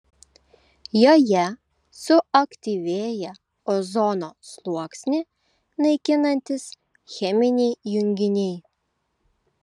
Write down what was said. joje suaktyvėja ozono sluoksnį naikinantys cheminiai junginiai